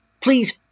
please